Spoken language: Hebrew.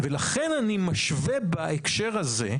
שימוש בזרע וצוואה ביולוגית קיימים כבר